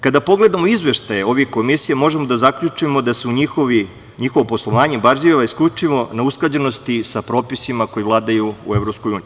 Kada pogledamo izveštaje ovih komisija, možemo da zaključimo da se njihovo poslovanje bazira isključivo na usklađenosti sa propisima koji vladaju u EU.